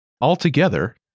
Altogether